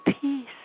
peace